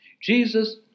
Jesus